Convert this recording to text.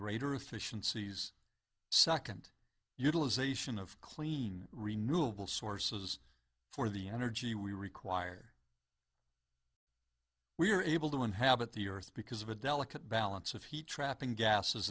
greater efficiencies second utilization of clean renewable sources for the energy we require we are able to inhabit the earth because of a delicate balance of heat trapping gases